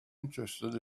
interested